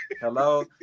hello